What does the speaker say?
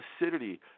acidity